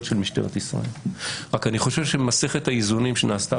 של משטרת ישראל אלא שאני חושב שמסכת האיזונים שנעשתה